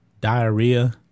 Diarrhea